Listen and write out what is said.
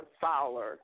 Fowler